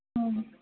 ம்